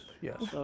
yes